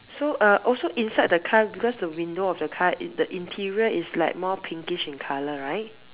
so uh also inside the car because the window of the car in the interior is like more pinkish in color right